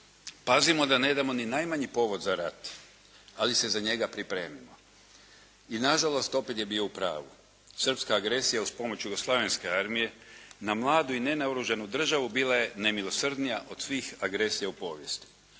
pazimo da ne damo ni najmanji povod za rat, ali se za njega pripremimo. I na žalost opet je bio u pravu. Srpska agresija uz pomoć Jugoslavenske armije na mladu i nenaoružanu državu bila je nemilosrdnija od svih agresija u povijesti.